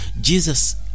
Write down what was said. Jesus